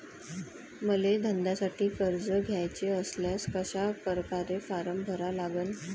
मले धंद्यासाठी कर्ज घ्याचे असल्यास कशा परकारे फारम भरा लागन?